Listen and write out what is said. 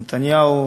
נתניהו,